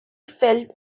fell